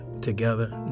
together